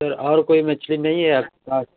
sir और कोई मछली नहीं है आपके पास